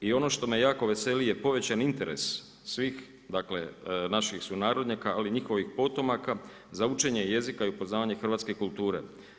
I ono što me jako veseli je povećan interes svih dakle naših sunarodnjaka ali njihovih potomaka za učenje jezika i upoznavanje hrvatske kulture.